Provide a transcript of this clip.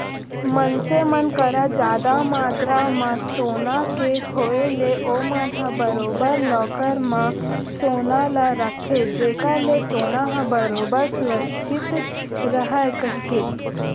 मनसे मन करा जादा मातरा म सोना के होय ले ओमन ह बरोबर लॉकर म सोना ल रखथे जेखर ले सोना ह बरोबर सुरक्छित रहय कहिके